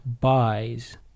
buys